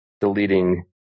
deleting